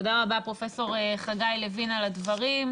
תודה רבה, פרופ' חגי לוין, על הדברים.